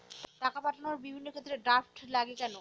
টাকা পাঠানোর বিভিন্ন ক্ষেত্রে ড্রাফট লাগে কেন?